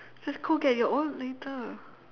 so it's cool get your own later